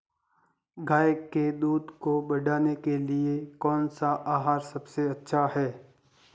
गाय के दूध को बढ़ाने के लिए कौनसा आहार सबसे अच्छा है?